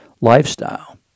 lifestyle